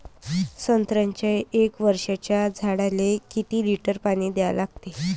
संत्र्याच्या एक वर्षाच्या झाडाले किती लिटर पाणी द्या लागते?